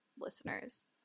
listeners